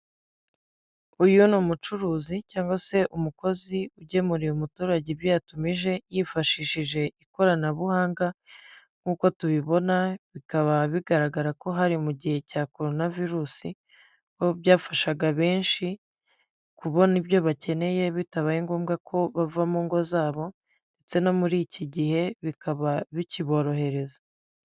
Uyu ni umucuruzi cyangwa se umukozi ugemuriye umuturage ibyo yatumije yifashishije ikoranabuhanga. Nk'uko tubibona bikaba bigaragara ko hari mu gihe cya korona virusi, aho byafashaga benshi kubona ibyo bakeneye bitabaye ngombwa ko bava mu ngo zabo ndetse no muri iki gihe bikaba bikiborohereza.